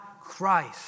Christ